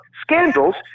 scandals